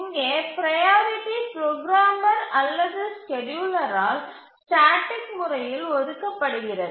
இங்கே priority programmer அல்லது ஸ்கேட்யூலரால் ஸ்டேட்டிக் முறையில் ஒதுக்கப்படுகிறது